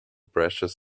precious